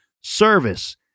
service